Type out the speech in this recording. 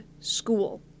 school